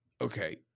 Okay